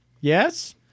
Yes